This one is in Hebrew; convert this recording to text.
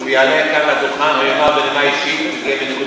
אם הוא יעלה כאן לדוכן וינאם בנימה אישית זה יהיה בניגוד